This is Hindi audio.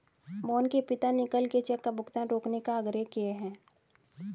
मोहन के पिताजी ने कल के चेक का भुगतान रोकने का आग्रह किए हैं